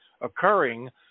occurring